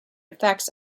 effects